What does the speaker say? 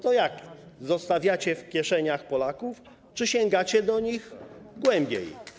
To jak, zostawiacie w kieszeniach Polaków czy sięgacie do nich głębiej?